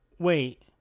wait